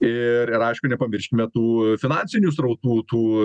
ir ir aišku nepamirškim tų finansinių srautų tų